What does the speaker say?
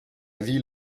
ville